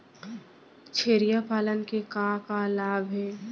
छेरिया पालन के का का लाभ हे?